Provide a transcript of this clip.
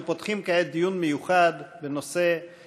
אנחנו פותחים כעת דיון מיוחד בהצעות לסדר-היום מס' 6473,